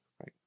right